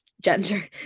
gender